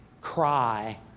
cry